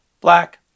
black